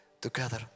together